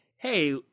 hey